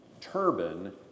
turban